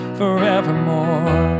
forevermore